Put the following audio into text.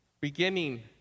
beginning